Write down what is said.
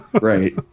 Right